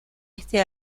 este